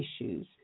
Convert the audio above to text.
issues